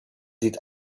did